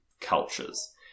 cultures